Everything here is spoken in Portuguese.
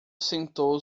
sentou